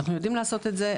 אנחנו יודעים לעשות את זה,